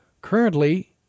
Currently